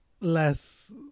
less